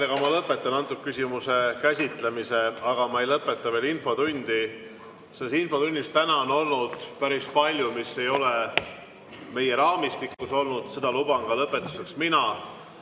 Ma lõpetan selle küsimuse käsitlemise, aga ma ei lõpeta veel infotundi. Selles infotunnis täna on olnud päris palju, mis ei ole meie raamistikus olnud, seda luban ka lõpetuseks mina.